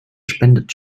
spendet